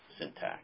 syntax